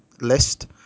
list